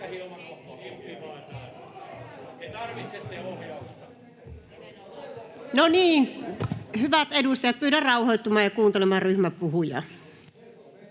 hyvät edustajat, pyydän rauhoittumaan ja kuuntelemaan ryhmäpuhujaa.